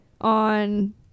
on